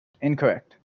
Incorrect